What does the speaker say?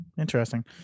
interesting